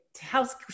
house